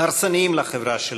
הרסניים לחברה שלנו.